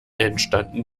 entstanden